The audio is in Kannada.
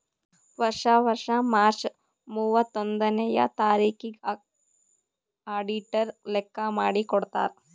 ವರ್ಷಾ ವರ್ಷಾ ಮಾರ್ಚ್ ಮೂವತ್ತೊಂದನೆಯ ತಾರಿಕಿಗ್ ಅಡಿಟರ್ ಲೆಕ್ಕಾ ಮಾಡಿ ಕೊಡ್ತಾರ್